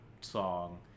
song